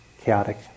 chaotic